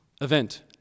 event